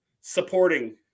supporting